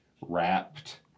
wrapped